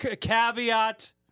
Caveat